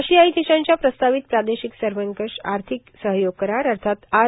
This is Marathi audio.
आशियायी देशांच्या प्रस्तावित प्रादेशिक सर्वंकष आर्थिक सहयोग करार अर्थात आर